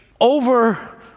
over